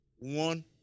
One